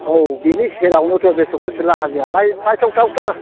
औ बेनि सेरावनोथ' बे चख्रसिला हाजोआ नाय नायथावथाव थार